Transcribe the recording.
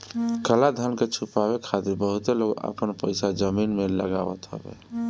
काला धन के छुपावे खातिर बहुते लोग आपन पईसा जमीन में लगावत हवे